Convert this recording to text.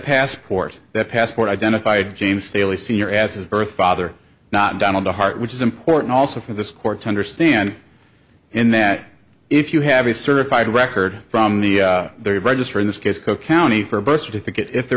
passport that passport identified james staley sr as his birth father not donald to heart which is important also for this court to understand in that if you have a certified record from the register in this case cook county for a birth certificate if there